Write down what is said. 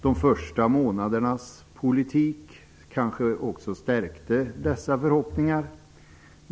De första månadernas politik kanske också stärkte dessa förhoppningar.